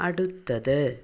അടുത്തത്